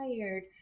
tired